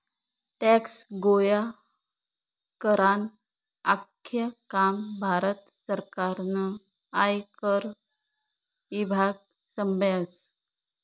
tax गोया करानं आख्खं काम भारत सरकारनं आयकर ईभाग संभायस